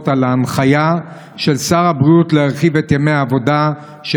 על ההנחיה של שר הבריאות להרחיב את ימי העבודה של